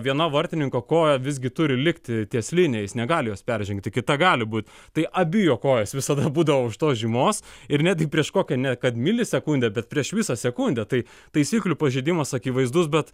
viena vartininko koja visgi turi likti ties linija jis negali jos peržengti kita gali būt tai abi jo kojos visada būdavo už tos žymos ir netgi prieš kokią ne kad milisekundę bet prieš visą sekundę tai taisyklių pažeidimas akivaizdus bet